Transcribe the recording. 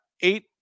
eight